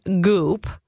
Goop